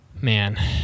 Man